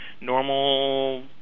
normal